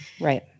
Right